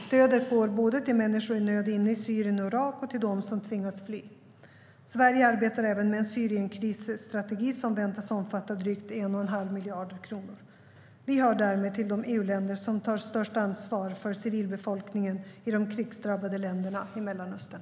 Stödet går både till människor i nöd inne i Syrien och Irak och till dem som tvingats fly. Sverige arbetar även med en Syrienkrisstrategi, som väntas omfatta drygt 1 1⁄2 miljard kronor. Vi hör därmed till de EU-länder som tar störst ansvar för civilbefolkningen i de krigsdrabbade länderna i Mellanöstern.